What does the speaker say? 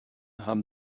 haben